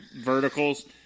verticals